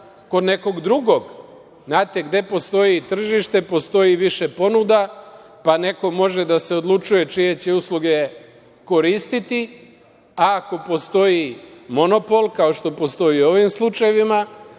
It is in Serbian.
kod nekog drugog. Znate, gde postoji tržište, postoji više ponuda pa neko može da se odlučuje čije će usluge koristiti, a ako postoji monopol, kao što postoji u ovim slučajevima,